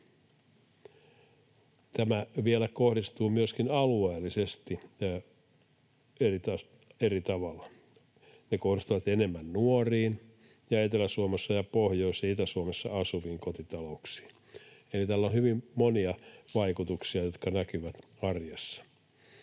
Tämä vielä kohdistuu myöskin alueellisesti eri tavalla: enemmän nuoriin sekä Etelä-, Pohjois- ja Itä-Suomessa asuviin kotitalouksiin. Eli tällä on hyvin monia vaikutuksia, jotka näkyvät arjessa.